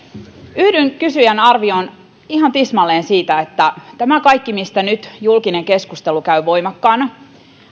tismalleen kysyjän arvioon siitä että tämä kaikki mistä nyt julkinen keskustelu käy voimakkaana